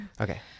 Okay